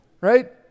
Right